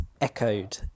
echoed